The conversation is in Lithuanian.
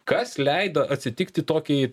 kas leido atsitikti tokiai